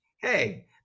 hey